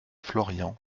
florian